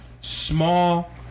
small